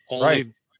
right